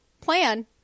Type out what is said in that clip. Plan